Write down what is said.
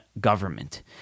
government